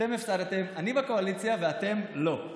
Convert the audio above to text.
אתם הפסדתם, אני בקואליציה ואתם לא.